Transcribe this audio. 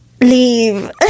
Leave